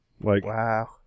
Wow